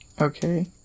Okay